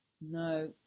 no